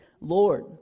Lord